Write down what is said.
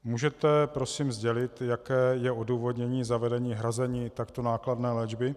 Můžete prosím sdělit, jaké je odůvodnění zavedení hrazení takto nákladné léčby?